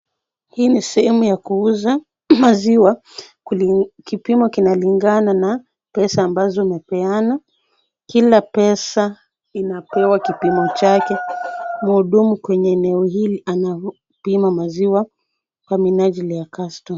Hii ni sehemu ya kuuza maziwa. Kipimo kinalingana na pesa ambazo umepeana, kila pesa inapewa kipimo chake. Mhudumu kwenye eneo hili anapima maziwa kwa minajili ya customer .